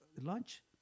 lunch